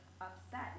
upset